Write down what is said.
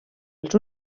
els